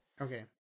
Okay